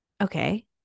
Okay